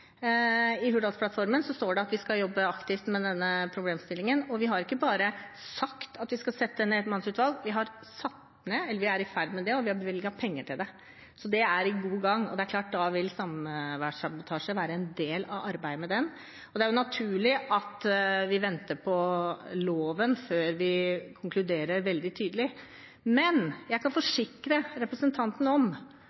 i. I Hurdalsplattformen står det at vi skal jobbe aktivt med denne problemstillingen, og vi har ikke bare sagt at vi skal sette ned et mannsutvalg; vi har satt ned – eller vi er i ferd med det – og vi har bevilget penger til det. Så det er godt i gang, og da er det klart at samværssabotasje vil være en del av arbeidet. Det er naturlig at vi venter på loven før vi konkluderer veldig tydelig.